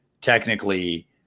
technically